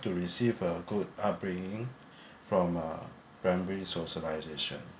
to receive a good upbringing from uh primary socialization